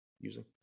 using